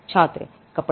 छात्र कपड़े